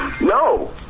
No